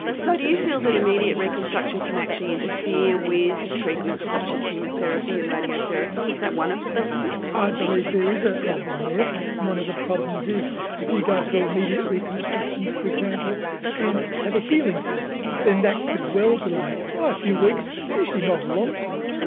so do you feel that immediate reconstruction can actually interfere interfere with treatments such as chemotherapy and radiotherapy, is that one of the problems? i believe there is a a problem there and one of the problems is if you go through immediate reconstruction for example and have a healing problem then that could well delay by a few weeks, usually not a long time,